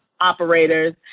operators